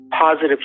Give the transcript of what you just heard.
positive